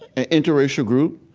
an interracial group,